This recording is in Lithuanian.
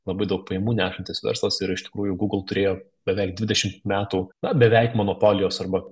labai daug pajamų nešantis verslas ir iš tikrųjų google turėjo beveik dvidešimt metų na beveik monopolijos arba